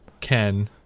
ken